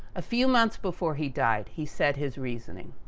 a few months before he died, he said his reasoning.